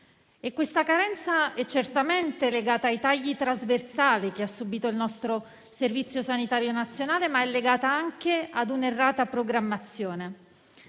Questa carenza è certamente legata ai tagli trasversali che ha subito il nostro Servizio sanitario nazionale, ma anche a un'errata programmazione.